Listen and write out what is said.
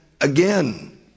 again